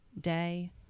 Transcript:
day